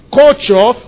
culture